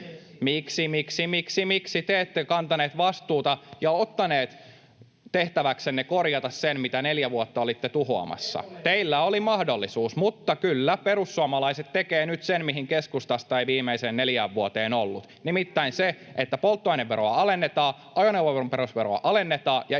Miksi, miksi, miksi, miksi te ette kantaneet vastuuta ja ottaneet tehtäväksenne korjata sen, mitä neljä vuotta olitte tuhoamassa? Teillä oli mahdollisuus. Mutta kyllä, perussuomalaiset tekevät nyt sen, mihin keskustasta ei viimeiseen neljään vuoteen ollut, nimittäin sen, että polttoaineveroa alennetaan, ajoneuvoveron perusveroa alennetaan ja